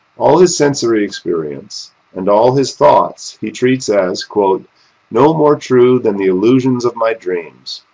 all his sensory experience and all his thoughts he treats as no more true than the illusions of my dreams.